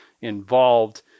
involved